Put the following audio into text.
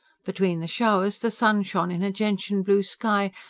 between the showers, the sun shone in a gentian-blue sky,